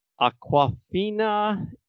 Aquafina